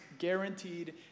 guaranteed